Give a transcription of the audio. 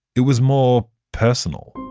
it was more personal.